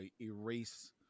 erase